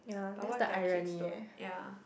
but what's their kids don't ya